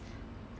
like I can